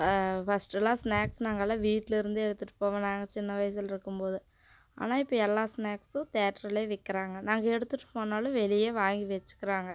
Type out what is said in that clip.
ஃபஸ்ட்டுலாம் snacks நாங்கள்லாம் வீட்டுலேருந்தே எடுத்துகிட்டு போவோம் நாங்கள் சின்ன வயசுல இருக்கும்போது ஆனால் இப்போ எல்லா ஸ்நாக்ஸும் தேட்டர்லேயே விற்கிறாங்க நாங்கள் எடுத்துகிட்டு போனாலும் வெளியே வாங்கி வெச்சுக்கிறாங்க